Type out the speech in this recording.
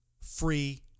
free